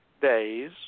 days